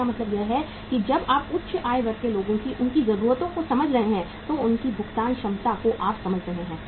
इसका मतलब यह है कि जब आप उच्च आय वर्ग के लोगों को उनकी जरूरतों को समझ रहे हैं तो उनकी भुगतान क्षमता को आप समझ रहे हैं